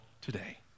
today